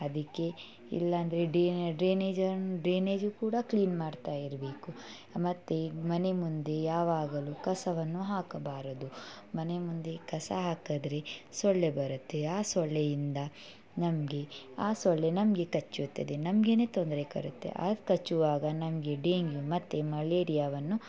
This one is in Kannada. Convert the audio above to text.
ಅದಕ್ಕೆ ಇಲ್ಲಾಂದರೆ ಡ್ರೈನೇಜನ್ನು ಡ್ರೈನೇಜು ಕೂಡ ಕ್ಲೀನ್ ಮಾಡ್ತಾ ಇರಬೇಕು ಮತ್ತು ಮನೆ ಮುಂದೆ ಯಾವಾಗಲು ಕಸವನ್ನು ಹಾಕಬಾರದು ಮನೆ ಮುಂದೆ ಕಸ ಹಾಕಿದ್ರೆ ಸೊಳ್ಳೆ ಬರುತ್ತೆ ಆ ಸೊಳ್ಳೆಯಿಂದ ನಮಗೆ ಆ ಸೊಳ್ಳೆ ನಮಗೆ ಕಚ್ಚುತ್ತದೆ ನಮಗೇನೆ ತೊಂದರೆ ಕೊಡುತ್ತೆ ಆ ಕಚ್ಚುವಾಗ ನಮಗೆ ಡೇಂಗ್ಯು ಮತ್ತೆ ಮಳೇರಿಯವನ್ನು